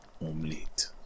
omelette